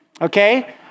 okay